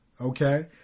okay